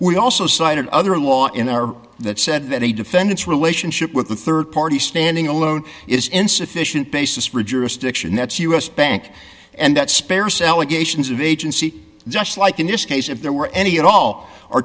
we also cited other law in our that said that a defendant's relationship with the rd party standing alone is insufficient basis rigorous stiction that's us bank and that spare celebrations of agency just like in this case if there were any at all or